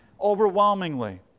overwhelmingly